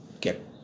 get